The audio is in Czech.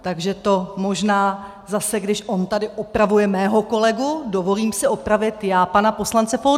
Takže to možná zase když on tady opravuje mého kolegu, dovolím si opravit já pana poslance Foldynu.